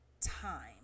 time